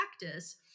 practice